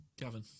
Gavin